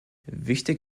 wichtig